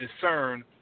discern